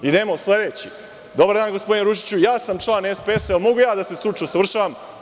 Idemo sledeći – dobar dan, gospodine Ružiću, ja sam član SPS-a, mogu li ja da se stručno usavršavam?